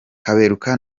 kaberuka